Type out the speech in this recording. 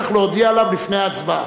צריך להודיע עליו לפני ההצבעה.